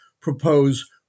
propose